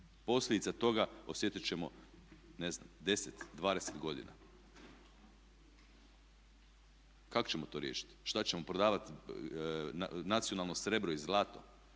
Posljedica toga osjetit ćemo ne znam 10, 20 godina. Kako ćemo to riješiti? Šta ćemo prodavati nacionalno srebro i zlato?